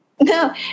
No